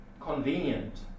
convenient